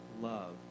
love